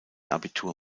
abitur